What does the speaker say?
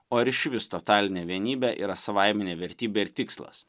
o ar išvis totalinė vienybė yra savaiminė vertybė ir tikslas